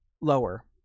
lower